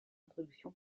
introduction